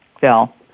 Bill